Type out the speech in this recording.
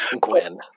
Gwen